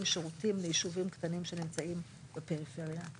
שירותים ליישובים קטנים שנמצאים בפריפריה.